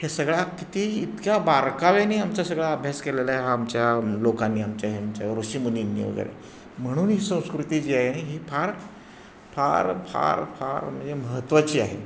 हे सगळा किती इतका बारकाव्याने आमचा सगळा अभ्यास केलेला आहे हा आमच्या लोकांनी आमच्या ह्यांच्या ऋषीमुनिंनी वगैरे म्हणून ही संस्कृती जी आहे ही फार फार फार फार म्हणजे म्हत्त्वाची आहे